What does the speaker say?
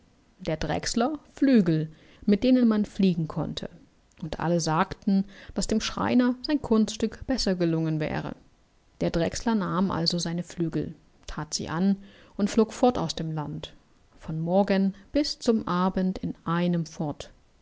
der drechsler flügel mit denen man fliegen konnte und alle sagten daß dem schreiner sein kunststück besser gelungen wäre der drechsler nahm also seine flügel that sie an und flog fort aus dem land von morgen bis zu abend in einem fort